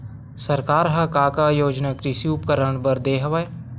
सरकार ह का का योजना कृषि उपकरण बर दे हवय?